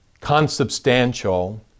consubstantial